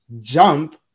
jump